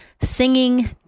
singing